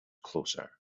closer